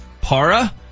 Para